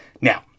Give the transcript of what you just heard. Now